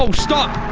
so stop